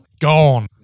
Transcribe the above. gone